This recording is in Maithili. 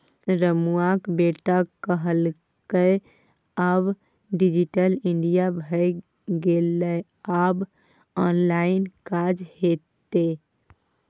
रमुआक बेटा कहलकै आब डिजिटल इंडिया भए गेलै आब ऑनलाइन काज हेतै